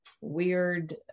weird